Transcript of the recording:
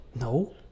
No